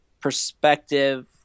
Perspective